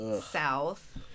South